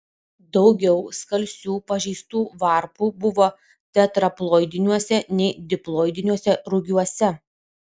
daugiau skalsių pažeistų varpų buvo tetraploidiniuose nei diploidiniuose rugiuose